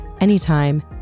anytime